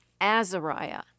Azariah